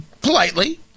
politely